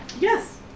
Yes